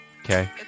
Okay